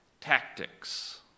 Tactics